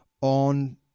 on